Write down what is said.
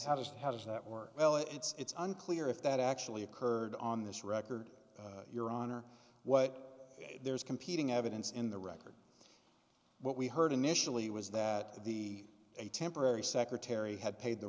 just how does that work well it's unclear if that actually occurred on this record your honor what there's competing evidence in the record what we heard initially was that the a temporary secretary had paid the